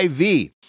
IV